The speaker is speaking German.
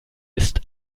ist